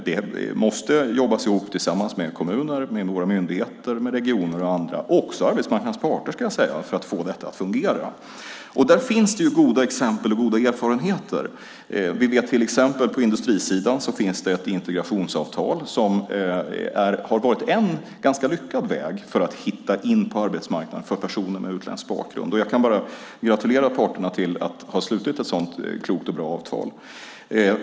Det måste jobbas ihop tillsammans med kommuner, våra myndigheter, regioner och andra, också arbetsmarknadens parter, för att få detta att fungera. Där finns det goda exempel och goda erfarenheter. Vi vet att det på industrisidan finns ett integrationsavtal som har varit en ganska lyckad väg för att hitta in på arbetsmarknaden för personer med utländsk bakgrund. Jag kan bara gratulera parterna till att ha slutit ett sådant klokt och bra avtal.